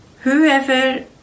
Whoever